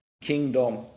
kingdom